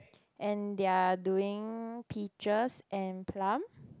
and they are doing peaches and plum